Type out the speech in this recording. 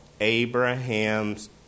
Abraham's